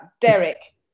Derek